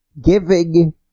giving